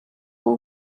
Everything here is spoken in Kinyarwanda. bwo